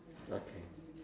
okay